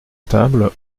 table